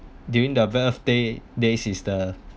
during the birthday day is the